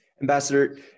Ambassador